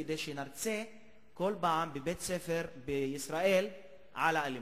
כדי שנרצה בכל פעם בבית-ספר בישראל על האלימות.